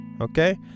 okay